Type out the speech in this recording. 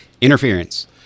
Interference